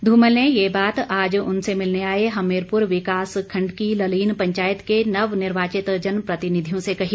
ध्रमल ने ये बात आज उनसे मिलने आए हमीरपुर विकास खंड की ललीन पंचायत के नवनिर्वाचित जनप्रतिनिधियों से कही